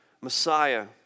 Messiah